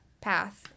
path